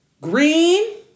Green